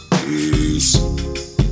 Peace